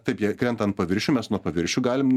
taip jie krenta ant paviršių mes nuo paviršių galim